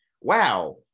wow